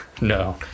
No